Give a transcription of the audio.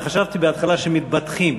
וחשבתי בהתחלה שמתבדחים,